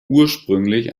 ursprünglich